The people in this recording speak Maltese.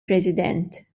president